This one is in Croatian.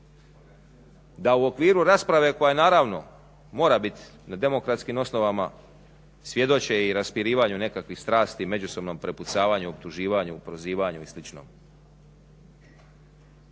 da u okviru rasprave koja je naravno mora bit na demokratskim osnovama svjedoče i raspirivanju nekakvih strasti, međusobnom prepucavanju, optuživanju, prozivanju i